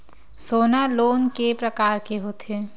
सोना लोन के प्रकार के होथे?